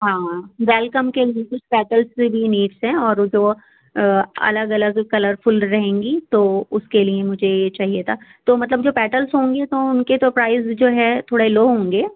ہاں ویلکم کے لئے کچھ پیٹلز سے بھی نیڈز ہیں اور جو الگ الگ کلرفُل رہیں گی تو اُس کے لئے مجھے یہ چاہیے تھا تو مطلب جو پیٹلز ہوں گی تو اُن کے تو پرائز جو ہے تھوڑے لو ہوں گے